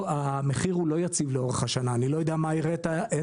המחיר לא יציב לאורך השנה, אני לא יודע מה הראית.